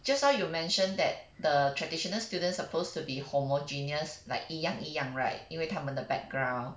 just now you mention that the traditional students supposed to be homogeneous like 一样一样 right 因为他们的 background